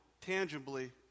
tangibly